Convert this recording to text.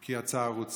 כי הצער הוא צער.